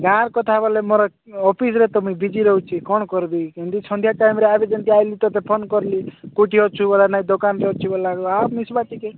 ଗାଁ କଥା ବୋଲେ ମୋର ଅଫିସ୍ରେ ତ ମୁଇଁ ବିଜି ରହୁଛି କ'ଣ କରିବି କେମିତି ସନ୍ଧ୍ୟା ଟାଇମ୍ରେ ଆଇବି ଯେମିତି ଆଇଲି ତତେ ଫୋନ୍ କଲି କେଉଁଠି ଅଛୁ ବାଲା ନାଇଁ ଦୋକାନରେ ଅଛି ବାଲା ଆଉ ମିଶବା ଟିକେ